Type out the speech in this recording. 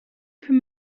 from